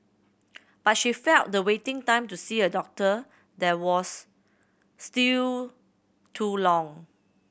but she felt the waiting time to see a doctor there was still too long